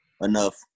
enough